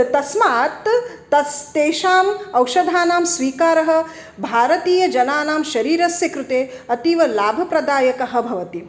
तस्मात् तस् तेषाम् औषधानां स्वीकारः भारतीयजनानां शरीरस्य कृते अतीवलाभप्रदायकः भवति